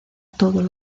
todos